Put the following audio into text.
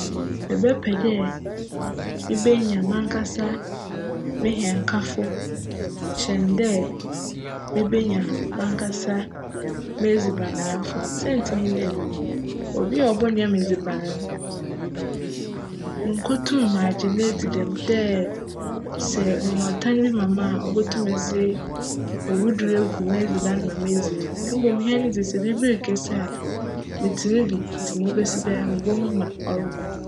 Mebjpj dj mebenya m'ankasa me hjnkafo kyjn dj mebenya m'ankasa m'edziban noafo sinatsir nye dj, obi a cbcnoa me edziban no, munnkotum m'aggye no edzi dj sj onya ctan bi ma me a obotum dze owu dur egu m'edziban mu ma meedzi ewu na mbom dze hjn dze sj biribi rekesi a, metse mu bi ntsi ma obesi biara mubohu ma crokc.